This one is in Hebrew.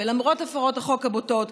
ולמרות הפרות החוק הבוטות,